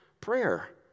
prayer